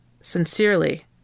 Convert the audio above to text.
Sincerely